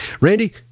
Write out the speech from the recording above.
Randy